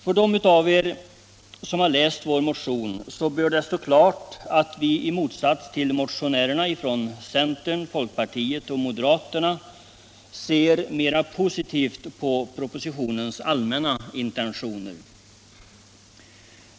För dem av er som läst vår motion bör det stå klart att vi i motsats till motionärerna från centern, folkpartiet och moderaterna ser mera positivt på propositionens allmänna intentioner.